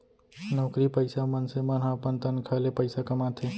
नउकरी पइसा मनसे मन ह अपन तनखा ले पइसा कमाथे